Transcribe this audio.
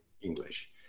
English